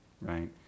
right